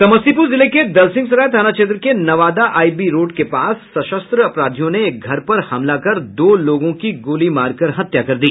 समस्तीपुर जिले के दलसिंहसराय थाना क्षेत्र के नवादा आईबी रोड के पास सशस्त्र अपराधियों ने एक घर पर हमला कर दो लोगों की गोली मारकर हत्या कर दी